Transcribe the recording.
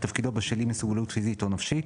תפקידו בשל אי-מסוגלות פיזית או נפשית,